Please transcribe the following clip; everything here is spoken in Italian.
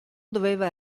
doveva